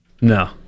No